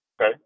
Okay